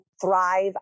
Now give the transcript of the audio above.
thrive